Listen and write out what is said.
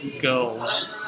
girls